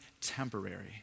temporary